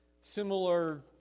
similar